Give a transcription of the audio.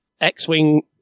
X-Wing